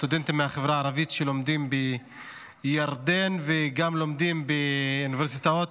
הסטודנטים מהחברה הערבית שלומדים בירדן וגם לומדים באוניברסיטאות